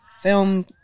film